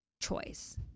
choice